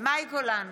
מאי גולן,